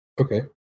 Okay